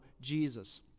Jesus